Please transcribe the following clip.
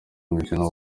mukino